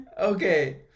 Okay